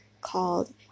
called